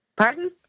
Pardon